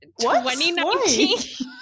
2019